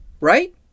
right